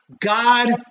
God